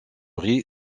ris